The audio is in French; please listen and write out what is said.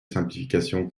simplification